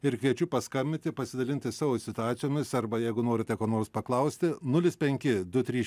ir kviečiu paskambinti pasidalinti savo situacijomis arba jeigu norite ko nors paklausti nulis penki du trys